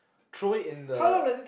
throw it in the